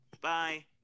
Bye